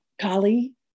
Kali